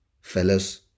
fellas